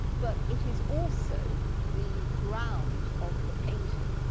but it is also the ground of the painting.